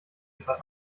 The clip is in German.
etwas